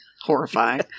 Horrifying